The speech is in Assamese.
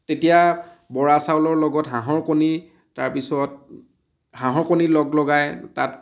তেতিয়া বৰা চাউলৰ লগত হাঁহৰ কণী তাৰ পিছত হাঁহৰ কণী লগ লগাই তাত